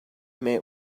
met